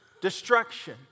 destruction